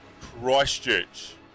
Christchurch